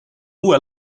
uue